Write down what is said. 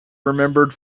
remembered